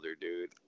dude